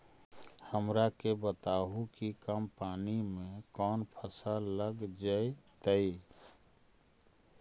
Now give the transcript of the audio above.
हमरा के बताहु कि कम पानी में कौन फसल लग जैतइ?